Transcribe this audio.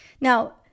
Now